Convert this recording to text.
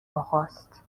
آقاست